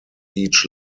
each